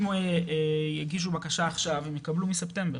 אם יגישו בקשה עכשיו הם יקבלו בספטמבר.